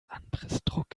anpressdruck